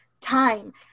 time